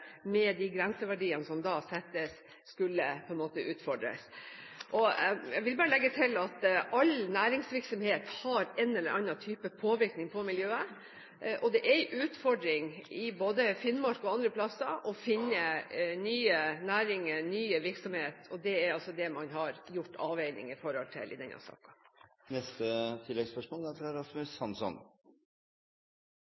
med de grenseverdiene som da settes, skulle utfordres. Jeg vil bare legge til at all næringsvirksomhet har en eller annen type påvirkning på miljøet. Det er en utfordring både i Finnmark og andre steder å finne nye næringer, ny virksomhet. Det er altså det man har gjort avveininger av i denne saken. Rasmus Hansson – til